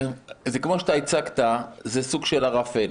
כמו שאתה הצגת זה סוג של ערפל.